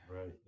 right